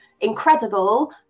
incredible